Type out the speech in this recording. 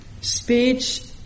speech